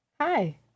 Hi